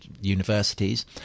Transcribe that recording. universities